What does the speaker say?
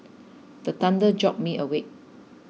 the thunder jolt me awake